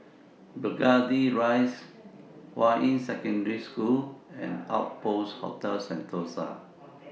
Burgundy Rise Hua Yi Secondary School and Outpost Hotel Sentosa